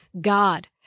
God